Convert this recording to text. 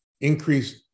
increased